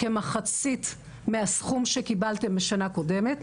כמחצית מהסכום שקיבלתם בשנה קודמת,